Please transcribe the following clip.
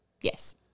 Yes